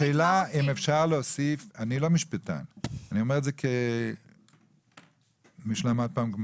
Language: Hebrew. השאלה אם אפשר להוסיף אני לא משפטן ואני אומר את זה כמי שפעם למד גמרא